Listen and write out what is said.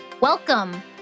Welcome